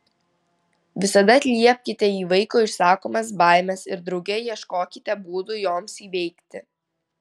visada atliepkite į vaiko išsakomas baimes ir drauge ieškokite būdų joms įveikti